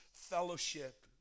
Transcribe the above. fellowship